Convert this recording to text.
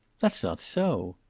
that's not so.